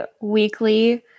weekly